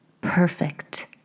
perfect